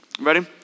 Ready